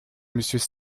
monsieur